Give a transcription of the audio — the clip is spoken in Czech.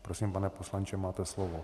Prosím, pane poslanče, máte slovo.